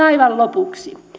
aivan lopuksi